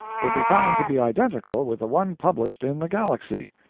will be found to be identical with the one published in the galaxy.